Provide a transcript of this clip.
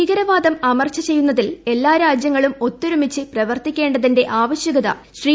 ഭീകരവാദം അമർച്ച ചെയ്യുന്നതിൽ എല്ലാ രാജ്യങ്ങളും ഒത്തൊരുമിച്ച് പ്രവർത്തിക്കേണ്ടതിന്റെ ആവശ്യകത ശ്രീ